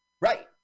Right